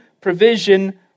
provision